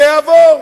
זה יעבור.